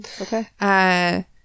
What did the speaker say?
Okay